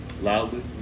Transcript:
Loudly